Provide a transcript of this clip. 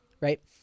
right